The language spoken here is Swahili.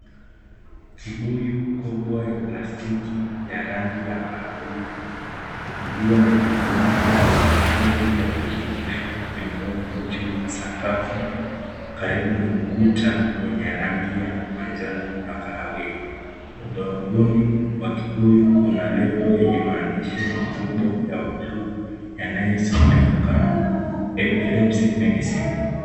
Kibuyu kubwa ya plastiki ya rangi ya kahawia iliyo na kifuniko nyekundu ya kuzungushwa imewekwa juu ya sakafu karibu na ukuta wenye rangi ya manjano na kahawia, ubavuni wa kibuyu kuna lebo yenye maandishi makubwa ya buluu yanayo someka kama epilepsy medicine .